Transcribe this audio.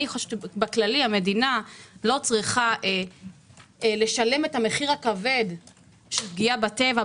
המדינה לא צריכה לשלם את המחיר הכבד של פגיעה בטבע,